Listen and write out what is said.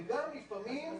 וגם לפעמים,